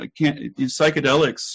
psychedelics